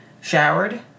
Showered